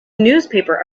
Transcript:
newspaper